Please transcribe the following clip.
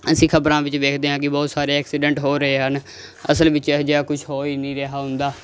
ਅਸੀਂ ਖਬਰਾਂ ਵਿੱਚ ਵੇਖਦੇ ਹਾਂ ਕਿ ਬਹੁਤ ਸਾਰੇ ਐਕਸੀਡੈਂਟ ਹੋ ਰਹੇ ਹਨ ਅਸਲ ਵਿੱਚ ਇਹੋ ਜਿਹਾ ਕੁਝ ਹੋ ਹੀ ਨਹੀਂ ਰਿਹਾ ਹੁੰਦਾ